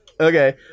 Okay